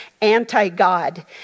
anti-God